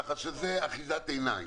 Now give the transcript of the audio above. כך שזאת אחיזת עיניים.